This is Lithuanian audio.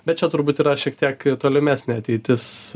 bet čia turbūt yra šiek tiek tolimesnė ateitis